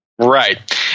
Right